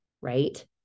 right